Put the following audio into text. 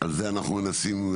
זה העניין.